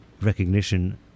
recognition